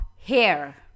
hair